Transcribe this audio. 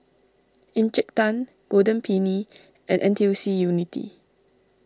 Encik Tan Golden Peony and N T U C Unity